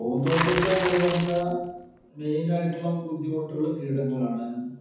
പൂന്തോട്ടത്തെ നിലനിർത്തുവാൻ മെയിൻ ആയിട്ടുള്ള ബുദ്ധിമുട്ടുകൾ കീടങ്ങളാണ്